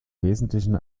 wesentlichen